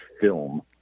film